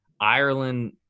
ireland